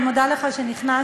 אני מודה לך שנכנסת.